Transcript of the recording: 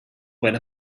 where